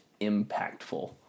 impactful